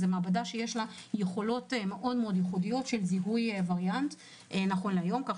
זאת מעבדה שיש לה יכולות מאוד ייחודיות של זיהוי וריאנט כך